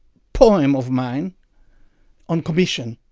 poem of mine on commission.